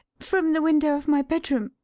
from the window of my bedroom,